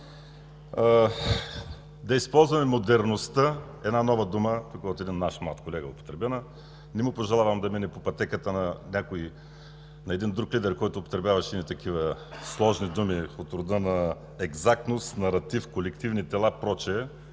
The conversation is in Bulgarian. да използваме модерността” – една нова дума, употребена от един наш млад колега. Не му пожелавам да мине по пътеката на един друг лидер, който употребяваше едни такива сложни думи от рода на екзактност, наратив, колективни тела и прочие.